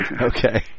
Okay